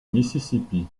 mississippi